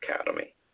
academy